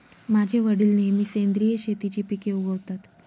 माझे वडील नेहमी सेंद्रिय शेतीची पिके उगवतात